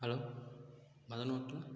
hello Madan ஹோட்டலா